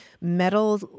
metal